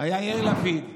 היה יאיר לפיד.